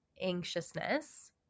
anxiousness